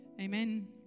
amen